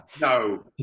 no